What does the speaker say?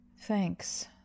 Thanks